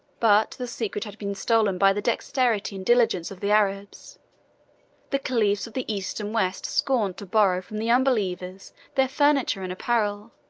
but the secret had been stolen by the dexterity and diligence of the arabs the caliphs of the east and west scorned to borrow from the unbelievers their furniture and apparel